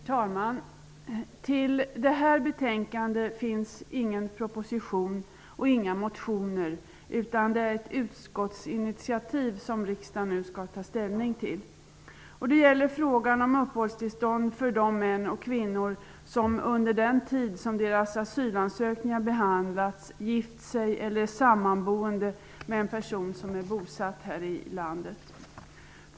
Herr talman! Till detta betänkande finns ingen proposition och inga motioner, utan det är ett utskottsinitiativ som riksdagen nu skall ta ställning till. Det gäller frågan om uppehållstillstånd för de män och kvinnor som under den tid som deras asylansökningar behandlats har gift sig eller sammanbott med en person som är bosatt här i landet.